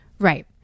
Right